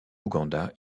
ouganda